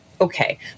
okay